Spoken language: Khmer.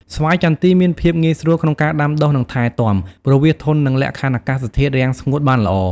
ស្វាយចន្ទីមានភាពងាយស្រួលក្នុងការដាំដុះ និងថែទាំ ព្រោះវាធន់នឹងលក្ខខណ្ឌអាកាសធាតុរាំងស្ងួតបានល្អ។